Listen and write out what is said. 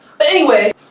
but anyway